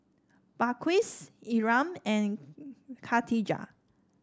Balqis Imran and Khatijah